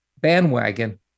bandwagon